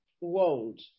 world